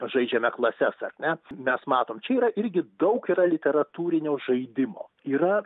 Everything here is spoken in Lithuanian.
žaidžiame klases ar ne mes matom čia yra irgi daug yra literatūrinio žaidimo yra